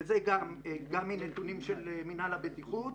וזה גם מנתונים של מינהל הבטיחות,